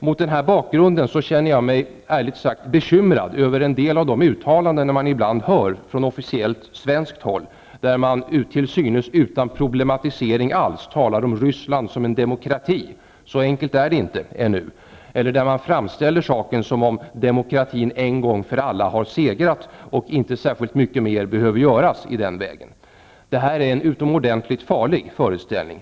Mot den bakgrunden känner jag mig ärligt sagt bekymrad över en del av de uttalanden som man ibland hör från svenskt officiellt håll, där man till synes utan varje problematisering talar om Ryssland som en demokrati -- så enkelt är det inte, ännu -- eller där man framställer det som om demokratin en gång för alla hade segrat och inte särskilt mycket mer behövde göras. Det är en utomordentligt farlig föreställning.